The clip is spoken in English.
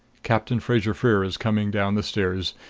captain fraser-freer is coming down the stairs.